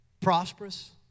prosperous